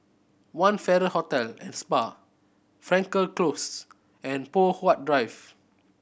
One Farrer Hotel and Spa Frankel Close and Poh Huat Drive